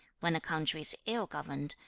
when a country is ill governed,